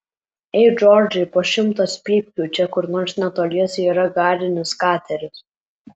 ei džordžai po šimtas pypkių čia kur nors netoliese yra garinis kateris